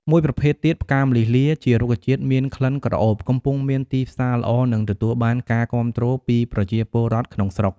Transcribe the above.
មួយប្រភេទទៀត ផ្កាម្លិះលា ជារុក្ខជាតិមានក្លិនក្រអូប កំពុងមានទីផ្សារល្អ និងទទួលបានការគាំទ្រ ពីប្រជាពលរដ្ឋក្នុងស្រុក